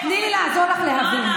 ביבי תני לי לעזור לך להבין.